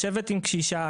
לשבת עם קשישה,